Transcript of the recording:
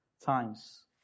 times